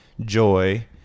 Joy